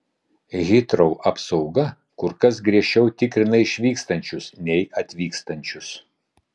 hitrou apsauga kur kas griežčiau tikrina išvykstančius nei atvykstančius